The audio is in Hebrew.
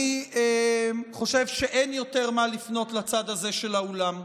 אני חושב שאין יותר מה לפנות לצד הזה של האולם,